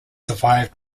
survived